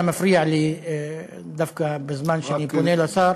אתה מפריע לי דווקא בזמן שאני פונה לשר.